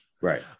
Right